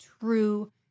true